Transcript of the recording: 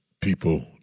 people